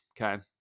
okay